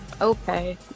Okay